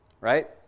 Right